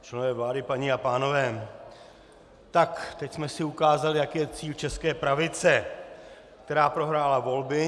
Členové vlády, paní a pánové, tak teď jsme si ukázali, jaký je cíl české pravice, která prohrála volby.